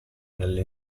nelle